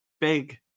big